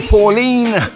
Pauline